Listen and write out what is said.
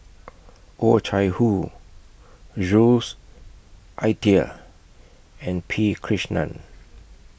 Oh Chai Hoo Jules Itier and P Krishnan